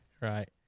Right